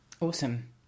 awesome